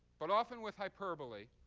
but often with hyperbole,